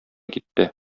китте